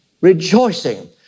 rejoicing